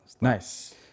Nice